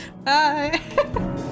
Bye